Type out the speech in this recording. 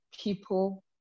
people